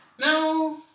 no